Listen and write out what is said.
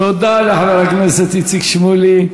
תודה לחבר הכנסת איציק שמולי.